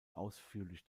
ausführlich